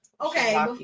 Okay